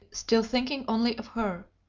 still thinking only of her.